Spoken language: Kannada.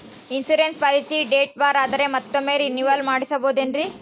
ಇನ್ಸೂರೆನ್ಸ್ ಪಾಲಿಸಿ ಡೇಟ್ ಬಾರ್ ಆದರೆ ಮತ್ತೊಮ್ಮೆ ರಿನಿವಲ್ ಮಾಡಿಸಬಹುದೇ ಏನ್ರಿ?